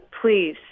please –